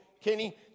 Kenny